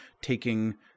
taking